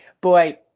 Boy